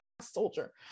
soldier